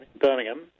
Birmingham